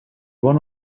bon